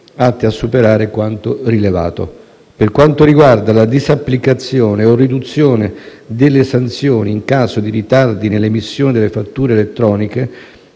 atte a superare quanto rilevato. Per quanto riguarda la disapplicazione o la riduzione delle sanzioni in caso di ritardi nell'emissione delle fatture elettroniche,